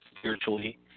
spiritually